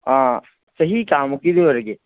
ꯑꯥ ꯆꯍꯤ ꯀꯌꯥꯃꯨꯛꯀꯤꯗꯤ ꯑꯣꯏꯔꯒꯦ